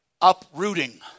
uprooting